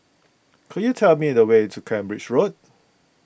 could you tell me the way to Cambridge Road